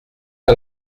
pas